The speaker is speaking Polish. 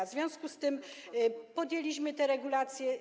W związku z tym podjęliśmy te regulacje.